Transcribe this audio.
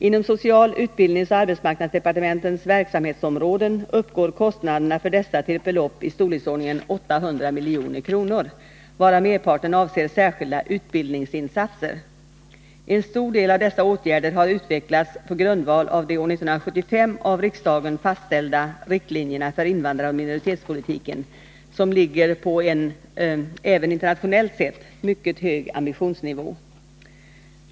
Inom social-, utbildningsoch arbetsmarknadsdepartementens verksamhetsområden uppgår kostnaderna för dessa till ett belopp i storleksordningen 800 milj.kr., varav merparten avser särskilda utbildningsinsatser. En stor del av dessa åtgärder har utvecklats på grundval av de år 1975 av riksdagen fastställda riktlinjerna för invandraroch minoritetspolitiken, som ligger på en, även internationellt sett, mycket hög ambitionsnivå.